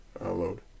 load